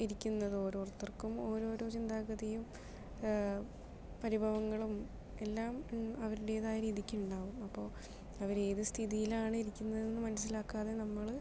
ഇരിക്കുന്നത് ഓരോരുത്തർക്കും ഓരോരോ ചിന്താഗതിയും പരിഭവങ്ങളും എല്ലാം അവരുടേതായ രീതിക്ക് ഉണ്ടാകും അപ്പോൾ അവർ ഏത് സ്ഥിതിയിലാണ് ഇരിക്കുന്നതെന്ന് മനസ്സിലാക്കാതെ നമ്മൾ